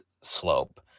slope